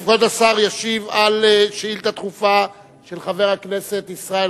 כבוד השר ישיב על שאילתא דחופה של חבר הכנסת ישראל